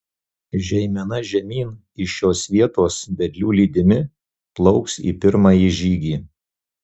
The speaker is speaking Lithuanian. žeimena žemyn iš šios vietos vedlių lydimi plauks į pirmąjį žygį